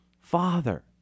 father